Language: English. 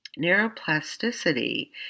neuroplasticity